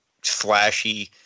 flashy